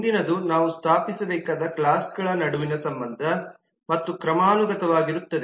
ಮುಂದಿನದು ನಾವು ಸ್ಥಾಪಿಸಬೇಕಾದ ಕ್ಲಾಸ್ಗಳ ನಡುವಿನ ಸಂಬಂಧ ಮತ್ತು ಕ್ರಮಾನುಗತವಾಗಿರುತ್ತದೆ